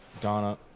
Donna